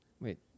Wait